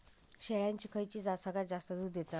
शेळ्यांची खयची जात सगळ्यात जास्त दूध देता?